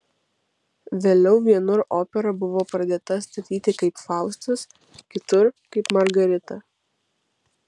vėliau vienur opera buvo pradėta statyti kaip faustas kitur kaip margarita